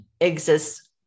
exists